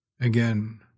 Again